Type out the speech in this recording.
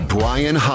Brian